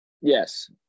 Yes